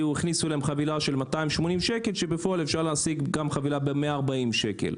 הכניסו להם חבילה של 280 שקל כשבפועל אפשר להשיג חבילה גם ב-140 שקל.